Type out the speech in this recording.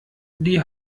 die